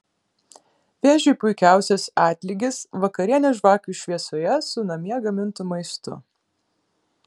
vėžiui puikiausias atlygis vakarienė žvakių šviesoje su namie gamintu maistu